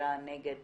בחקירה נגד